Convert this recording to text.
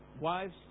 wives